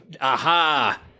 Aha